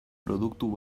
produktu